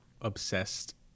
obsessed